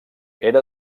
era